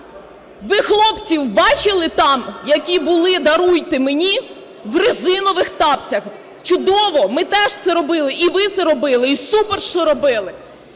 Ви хлопців бачили там, які були, даруйте мені, в резинових тапцях? Чудово, ми теж це робили, і ви це робили, і супер, що робили!